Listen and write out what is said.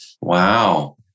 Wow